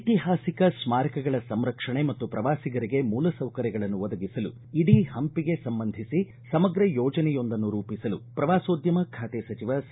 ಐತಿಹಾಸಿಕ ಸ್ನಾರಕಗಳ ಸಂರಕ್ಷಣೆ ಮತ್ತು ಪ್ರವಾಸಿಗರಿಗೆ ಮೂಲಸೌಕರ್ಯಗಳನ್ನು ಒದಗಿಸಲು ಇಡೀ ಹಂಪಿಗೆ ಸಂಬಂಧಿಸಿ ಸಮಗ್ರ ಯೋಜನೆಯೊಂದನ್ನು ರೂಪಿಸಲು ಪ್ರವಾಸೋದ್ದಮ ಖಾತೆ ಸಚಿವ ಸಿ